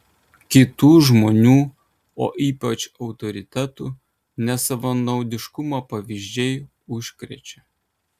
kitų žmonių o ypač autoritetų nesavanaudiškumo pavyzdžiai užkrečia